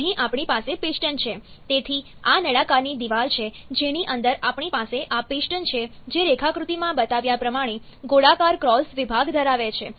અહીં આપણી પાસે પિસ્ટન છે તેથી આ નળાકારની દિવાલ છે જેની અંદર આપણી પાસે આ પિસ્ટન છે જે રેખાકૃતિમાં બતાવ્યા પ્રમાણે ગોળાકાર ક્રોસ વિભાગ ધરાવે છે